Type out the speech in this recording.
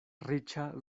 riĉa